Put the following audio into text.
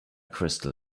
crystal